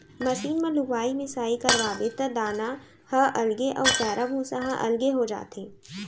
machine म लुवाई मिसाई करवाबे त दाना ह अलगे अउ पैरा भूसा ह अलगे हो जाथे